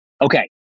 okay